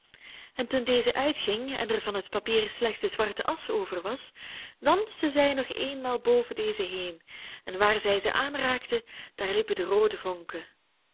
en toen deze uitging en er van het papier slechts de zwarte asch over was dansten zij nog eenmaal boven deze heen en waar zij ze aanraakten daar liepen de roode vonken